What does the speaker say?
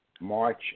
March